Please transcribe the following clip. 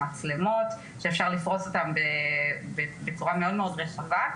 מצלמות שאפשר לפרוס אותם בצורה מאוד מאוד רחבה,